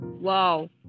Wow